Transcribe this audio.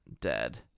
dead